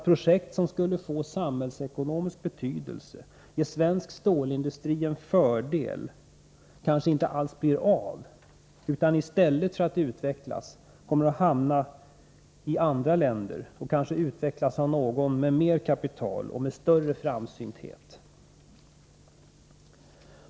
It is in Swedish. Projekt som skulle få samhällsekonomisk betydelse och ge svensk stålindu stri en fördel kanske inte alls blir av utan hamnar i stället i andra länder och utvecklas av någon med mer kapital och med större framsynthet.